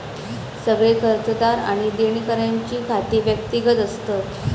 सगळे कर्जदार आणि देणेकऱ्यांची खाती व्यक्तिगत असतत